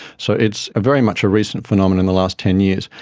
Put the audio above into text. so it's very much a recent phenomenon in the last ten years,